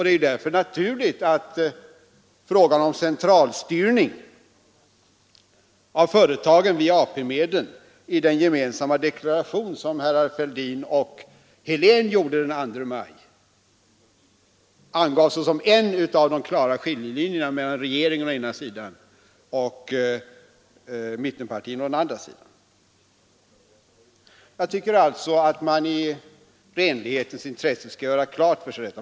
Det är därför naturligt att frågan om centralstyrning av företagen via AP-medel i den gemensamma deklaration som herrar Fälldin och Helén gjorde den 2 maj angavs som en 129 av de klara skiljelinjerna mellan regeringen å ena sidan och mittenpartierna å den andra. Jag tycker att man i renlighetens intresse skall göra detta klart för sig.